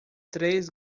três